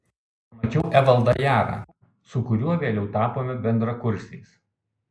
pamačiau evaldą jarą su kuriuo vėliau tapome bendrakursiais